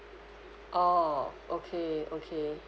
oh okay okay